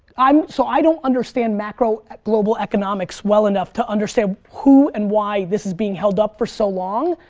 um so i don't understand macro, global economics well enough to understand who and why this is being held up for so long,